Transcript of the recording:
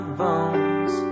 bones